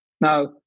Now